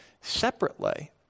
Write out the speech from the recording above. separately